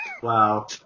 Wow